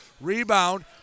Rebound